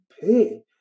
pay